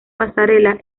pasarela